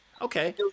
Okay